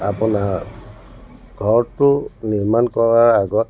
আপোনাৰ ঘৰটো নিৰ্মাণ কৰাৰ আগত